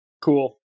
cool